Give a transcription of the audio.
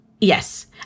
Yes